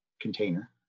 container